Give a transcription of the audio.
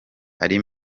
ari